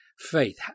Faith